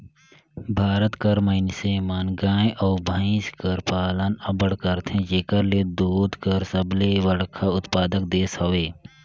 भारत कर मइनसे मन गाय अउ भंइस कर पालन अब्बड़ करथे जेकर ले दूद कर सबले बड़खा उत्पादक देस हवे